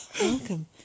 Welcome